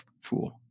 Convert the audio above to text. fool